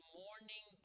morning